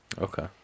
okay